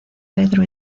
pedro